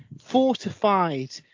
fortified